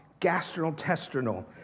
gastrointestinal